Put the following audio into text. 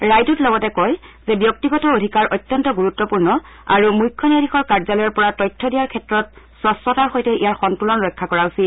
ৰায়টোত লগতে কয় যে ব্যক্তিগত অধিকাৰ অত্যন্ত গুৰুত্পূৰ্ণ আৰু মুখ্য ন্যায়াধীশৰ কাৰ্যলয়ৰ পৰা তথ্য দিয়াৰ ক্ষেত্ৰত স্বচ্ছতাৰ সৈতে ইয়াৰ সন্তুলন ৰক্ষা কৰা উচিত